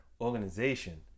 Organization